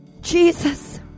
Jesus